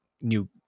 new